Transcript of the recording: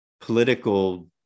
political